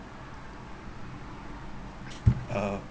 uh